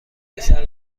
پسر